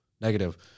negative